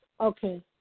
okay